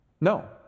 No